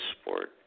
sport